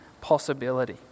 possibility